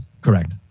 Correct